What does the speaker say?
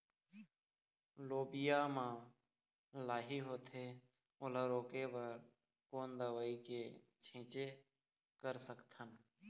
लोबिया मा लाही होथे ओला रोके बर कोन दवई के छीचें कर सकथन?